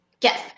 Yes